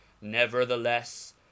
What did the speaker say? nevertheless